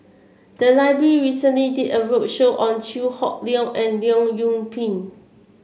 the library recently did a roadshow on Chew Hock Leong and Leong Yoon Pin